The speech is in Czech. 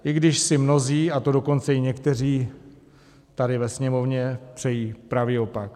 I když si mnozí, a to dokonce i někteří tady ve Sněmovně, přejí pravý opak.